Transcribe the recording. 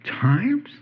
times